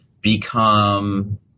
become